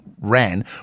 ran